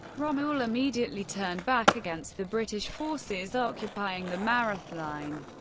rommel immediately turned back against the british forces, occupying the mareth line.